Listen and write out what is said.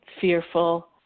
fearful